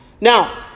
Now